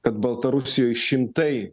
kad baltarusijoj šimtai